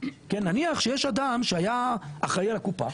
נניח שיש אדם שהיה אחראי על הקופה